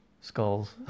skulls